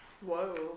Whoa